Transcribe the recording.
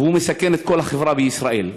והיא מסכנת את כל החברה בישראל.